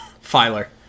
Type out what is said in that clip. Filer